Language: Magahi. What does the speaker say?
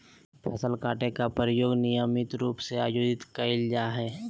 फसल काटे के प्रयोग नियमित रूप से आयोजित कइल जाय हइ